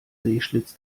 sehschlitz